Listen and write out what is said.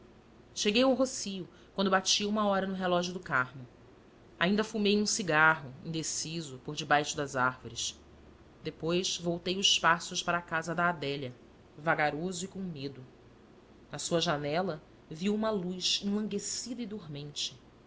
cheguei ao rossio quando batia uma hora no relógio do carmo ainda fumei um cigarro indeciso por debaixo das árvores depois voltei os passos para a casa da adélia vagaroso e com medo na sua janela vi uma luz enlanguescida e dormente